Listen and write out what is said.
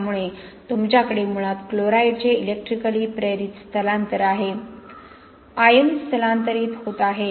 त्यामुळे तुमच्याकडे मुळात क्लोराईड्सचे इलेक्ट्रिकली प्रेरित स्थलांतर आहे आयन स्थलांतरित होत आहेत